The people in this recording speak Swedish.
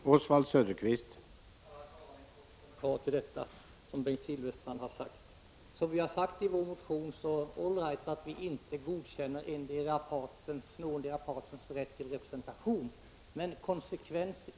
Herr talman! Bara en kort kommentar till Bengt Silfverstrand. Vi har i vpk:s motion påpekat att det är riktigt att Sverige inte godkänner någondera partens rätt till representation.